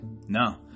No